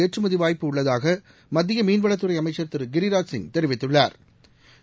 ஏற்றுமதி வாய்ப்பு உள்ளதாக மத்திய மீன்வளத்துறை அமைச்சா் திரு கிரிாஜ் சிங் தெரிவித்துள்ளாா்